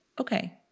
Okay